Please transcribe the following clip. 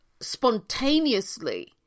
spontaneously